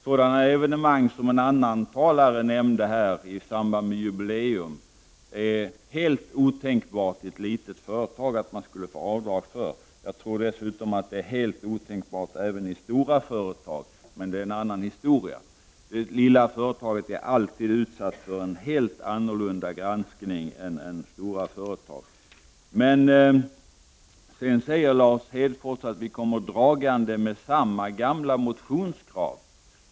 Sådana evenemang i samband med ett jubileum som en talare nämnde här är det helt otänkbart att ett litet företag skulle få göra avdrag för. Dessutom tror jag att det är helt otänkbart även i stora företag. Men det är en annan historia. Ett litet företag är alltid utsatt för en helt annan granskning än ett stort företag. Lars Hedfors säger att vi kommer dragande med samma gamla motionskrav.